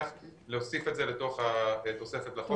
להוסיף את זה לתוך התוספת לחוק.